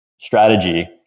strategy